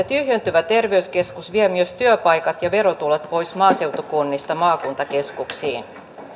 tyhjentyvä terveyskeskus vie myös työpaikat ja verotulot pois maaseutukunnista maakuntakeskuksiin